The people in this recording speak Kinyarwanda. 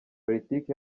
politiki